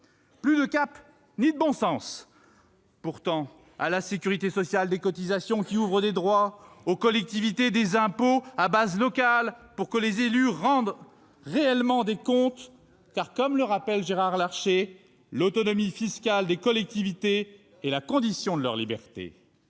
Plus de cap ni de bon sens ! À la sécurité sociale, des cotisations qui ouvrent des droits ; aux collectivités, des impôts à base locale pour que les élus rendent réellement des comptes, car, comme le rappelle Gérard Larcher, « l'autonomie fiscale des collectivités est la condition de leur liberté